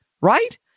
right